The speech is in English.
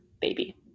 baby